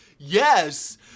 Yes